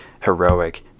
heroic